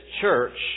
church